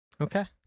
Okay